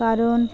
কারণ